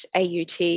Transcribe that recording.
AUT